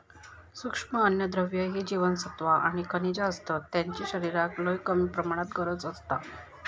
सूक्ष्म अन्नद्रव्य ही जीवनसत्वा आणि खनिजा असतत ज्यांची शरीराक लय कमी प्रमाणात गरज असता